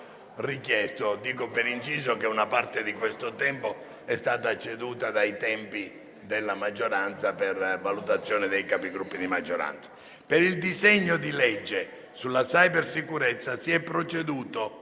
Per il disegno di legge sulla cybersicurezza si è proceduto